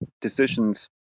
decisions